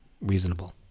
reasonable